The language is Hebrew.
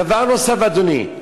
דבר נוסף, אדוני,